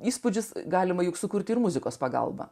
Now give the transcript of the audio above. įspūdžius galima sukurti ir muzikos pagalba